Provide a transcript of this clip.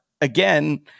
again